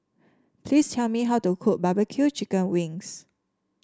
please tell me how to cook barbecue Chicken Wings